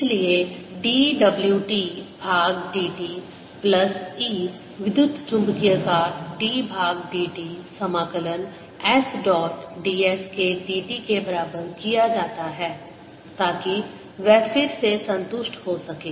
इसलिए d w t भाग dt plus E विद्युत चुम्बकीय का d भाग dt समाकलन S डॉट d s के d t के बराबर किया जाता है ताकि वह फिर से संतुष्ट हो सके